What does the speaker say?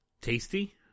Tasty